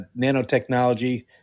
nanotechnology